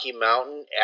Mountain